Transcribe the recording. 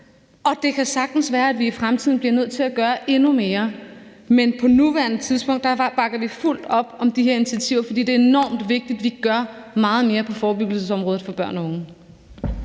og det kan sagtens være, at vi i fremtiden bliver nødt til at gøre endnu mere. Men på nuværende tidspunkt bakker vi fuldt op om de her initiativer, for det er enormt vigtigt, at vi gør meget mere på forebyggelsesområdet for børn af unge.